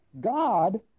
God